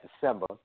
December